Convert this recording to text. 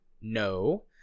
No